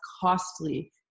costly